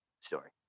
story